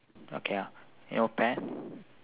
okay ah you know pear